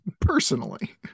personally